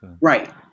Right